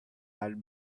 had